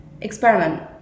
experiment